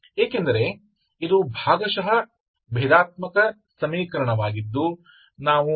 ಏಕೆಂದರೆ ಇದು ಭಾಗಶಃ ಭೇದಾತ್ಮಕ ಸಮೀಕರಣವಾಗಿದ್ದು ನಾವು ಓ